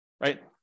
right